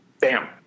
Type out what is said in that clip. Bam